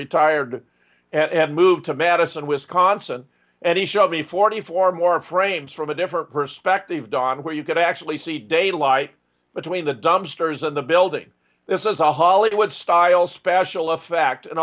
retired and moved to madison wisconsin and he showed me forty four more frames from a different perspective don where you could actually see daylight between the dumpsters and the building this is a hollywood style special effect an